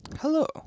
Hello